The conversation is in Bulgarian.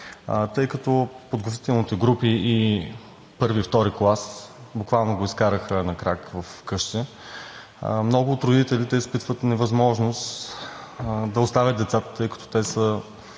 Тъй като подготвителните групи, първи и втори клас буквално го изкараха на крак вкъщи, много от родителите изпитват невъзможност да оставят децата, тъй като те са